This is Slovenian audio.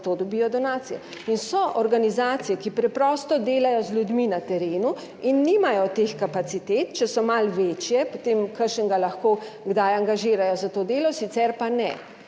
za to dobijo donacije in so organizacije, ki preprosto delajo z ljudmi na terenu in nimajo teh kapacitet. Če so malo večje potem kakšnega lahko kdaj angažirajo za to delo sicer pa ne